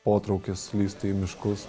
potraukis lįsti į miškus